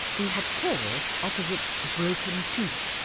we had paused opposite the broken tooth,